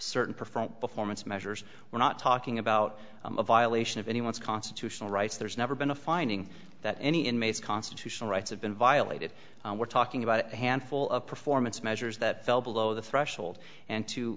certain prefer before most measures we're not talking about a violation of anyone's constitutional rights there's never been a finding that any inmates constitutional rights have been violated and we're talking about a handful of performance measures that fell below the threshold and to